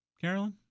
Carolyn